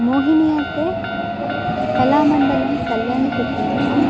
मोहिनी अट्टे कलामण्डलं कल्याणि कुट्टि अम्मा